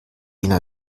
jena